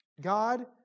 God